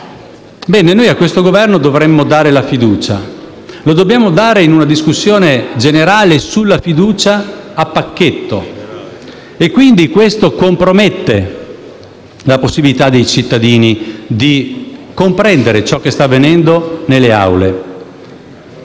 finanziaria. A questo Governo noi dovremmo dare la fiducia. La dobbiamo dare in una discussione sulla fiducia a pacchetto. Questo compromette la possibilità dei cittadini di comprendere ciò che sta avvenendo nelle Aule.